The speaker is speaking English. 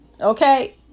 Okay